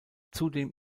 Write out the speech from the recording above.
zudem